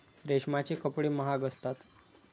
रेशमाचे कपडे महाग असतात